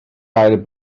ail